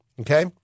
Okay